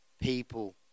people